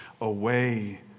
away